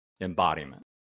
embodiment